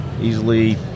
easily